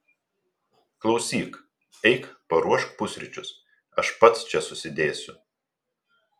klausyk eik paruošk pusryčius aš pats čia susidėsiu